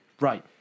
Right